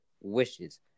wishes